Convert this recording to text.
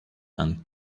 and